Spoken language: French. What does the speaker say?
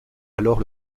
alors